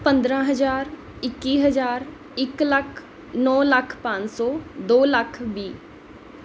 ਪੰਦਰਾਂ ਹਜ਼ਾਰ ਇੱਕੀ ਹਜ਼ਾਰ ਇੱਕ ਲੱਖ ਨੋਂ ਲੱਖ ਪੰਜ ਸੌ ਦੋ ਲੱਖ ਵੀਹ